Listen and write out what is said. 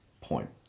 point